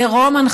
לרומן,